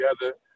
together